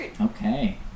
Okay